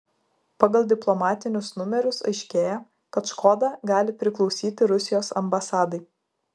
pagal diplomatinius numerius aiškėja kad škoda gali priklausyti rusijos ambasadai